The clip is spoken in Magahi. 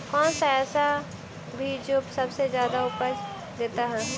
कौन सा ऐसा भी जो सबसे ज्यादा उपज देता है?